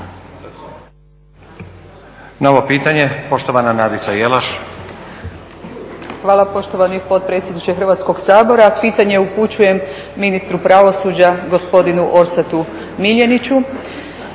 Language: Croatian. Novo pitanje, poštovana Nadica Jelaš. **Jelaš, Nadica (SDP)** Hvala poštovani potpredsjedniče Hrvatskog sabora. Pitanje upućujem ministru pravosuđa gospodinu Orsatu Miljeniću.